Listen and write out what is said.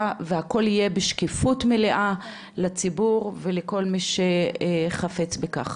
והכול יהיה בשקיפות מלאה לציבור ולכל מי שחפץ בכך.